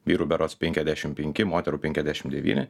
vyrų berods penkiasdešim penki moterų penkiasdešim devyni